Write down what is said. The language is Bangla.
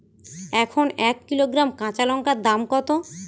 এখন এক কিলোগ্রাম কাঁচা লঙ্কার দাম কত?